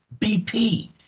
BP